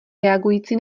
reagující